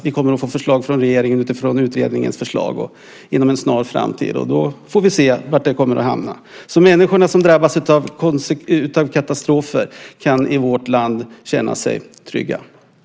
Vi kommer att få förslag från regeringen utifrån utredningens förslag inom en snar framtid, och då får vi se var vi kommer att hamna. De människor som drabbas av katastrofer kan i vårt land känna sig trygga.